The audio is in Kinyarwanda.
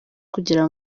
kugira